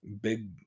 big